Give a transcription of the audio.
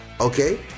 okay